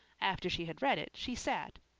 after she had read it, she sat,